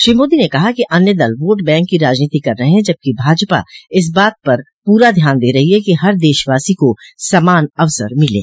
श्री मोदी ने कहा कि अन्य दल वोट बैंक की राजनीति कर रहे हैं जबकि भाजपा इस बात पर पूरा ध्यान दे रही है कि हर देशवासी को समान अवसर मिलें